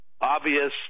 obvious